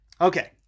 Okay